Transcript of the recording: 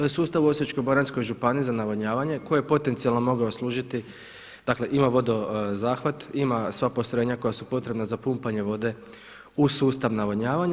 To je sustav u Osječko-baranjskoj županiji za navodnavanje koji je potencijalno mogao služiti, dakle ima vodozahvat, ima sva postrojenja koja su potrebna za pumpanje vode u sustav navodnjavanja.